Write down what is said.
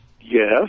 Yes